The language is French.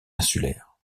insulaire